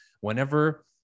whenever